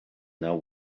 now